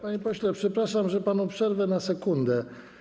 Panie pośle, przepraszam, że panu przerwę na sekundę.